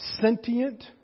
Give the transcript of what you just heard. sentient